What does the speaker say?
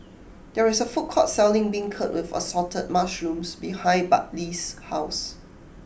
there is a food court selling Beancurd with Assorted Mushrooms behind Bartley's house